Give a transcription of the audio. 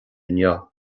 inniu